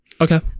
Okay